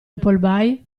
appleby